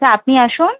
তা আপনি আসুন